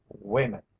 Women